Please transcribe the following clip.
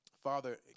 Father